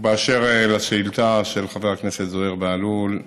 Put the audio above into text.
ובאשר לשאילתה של חבר הכנסת זוהיר בהלול,